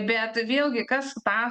bet vėlgi kas tą